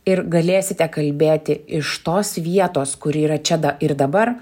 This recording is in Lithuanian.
ir galėsite kalbėti iš tos vietos kuri yra čia da ir dabar